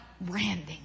branding